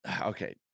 okay